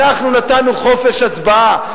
אנחנו נתנו חופש הצבעה,